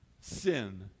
sin